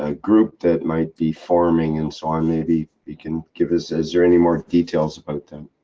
ah group that might be forming and so on, maybe you can give us, is there any more details about that?